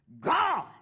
God